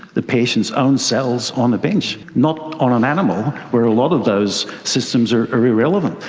the patient's own cells on the bench. not on an animal where a lot of those systems are irrelevant.